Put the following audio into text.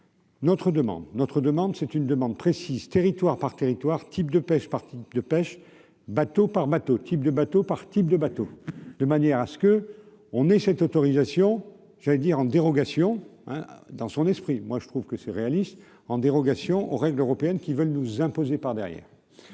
notre demande, c'est une demande précise, territoire par territoire, type de pêche, partie de pêche bateau par bateau, type de bateau par type de bateau, de manière à ce que on ait cette autorisation, j'allais dire en dérogation, hein, dans son esprit, moi je trouve que c'est réaliste en dérogation aux règles européennes qui veulent nous imposer par derrière